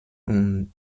und